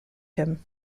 him